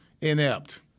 inept